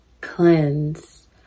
cleanse